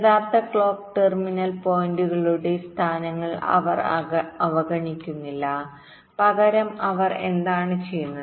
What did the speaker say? യഥാർത്ഥ clock terminal പോയിന്റുകളുടെസ്ഥാനങ്ങൾ അവർ അവഗണിക്കുന്നില്ല പകരം അവർ എന്താണ് ചെയ്യുന്നത്